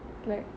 is like